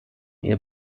ihr